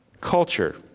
culture